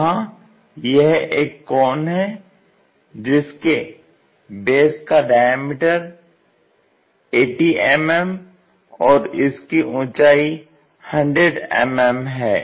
यहां यह एक कॉन है जिसके बेस का डायमीटर 80 mm और इसकी ऊंचाई 100 mm है